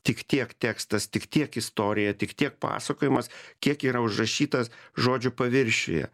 tik tiek tekstas tik tiek istorija tik tiek pasakojimas kiek yra užrašytas žodžių paviršiuje